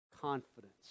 confidence